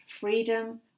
freedom